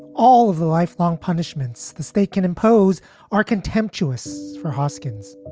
all of the lifelong punishments the state can impose are contemptuous for hoskins.